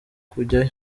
kujyayo